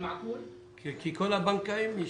כי כל הבנקאים משם.